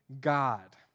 God